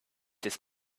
this